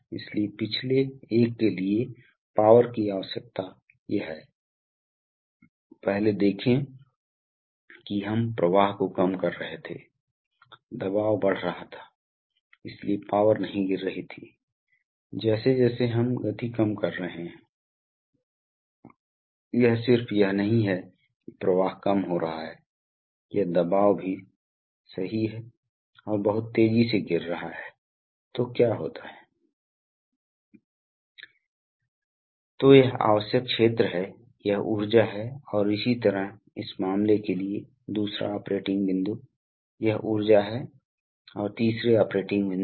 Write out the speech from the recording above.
तो यह केवल एक दबाव रेगुलेटर् की एक विशिष्ट तस्वीर है और इसलिए आपके पास यह उच्च दबाव इनलेट है आपके पास कम दबाव या नियंत्रित दबाव आउटलेट है इसलिए यह सिस्टम या उपकरण पर जा रहा है जहां दबाव की आवश्यकता होती है यह आम तौर पर रिजर्वायर से आ रहा है इसलिए अब इस दबाव समायोजन घुंडी द्वारा दबाव सेटिंग को समायोजित किया जा सकता है और अक्सर एक दबाव नापने का यंत्र होता है ताकि आप देख सकें इनलेट दबाव भिन्नता